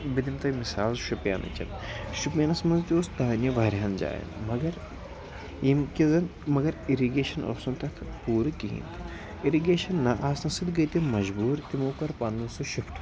بہٕ دِمہٕ تۄہہِ مِثال شُپیَنٕچ شُپیَنَس منٛز تہِ اوس دانہِ واریاہَن جایَن مگر ییٚمہِ کہِ زَن مگر اِرِگیٚشَن اوس نہٕ تَتھ پوٗرٕ کِہیٖنۍ اِرِگیٚشَن نہ آسنہٕ سۭتۍ گٔے تِم مَجبوٗر تِمو کٔر پَنُن سُہ شِفٹ